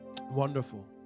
Wonderful